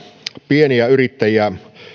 pieniä yrittäjiä